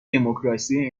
دموکراسی